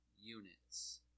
units